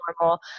normal